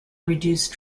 reduce